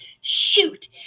Shoot